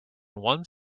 one